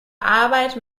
arbeit